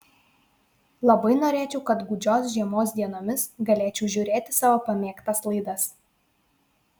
labai norėčiau kad gūdžios žiemos dienomis galėčiau žiūrėti savo pamėgtas laidas